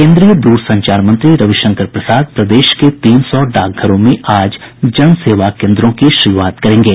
केन्द्रीय द्रसंचार मंत्री रविशंकर प्रसाद प्रदेश के तीन सौ डाकघरों में आज जनसेवा केन्द्रों की श्रूआत करेंगे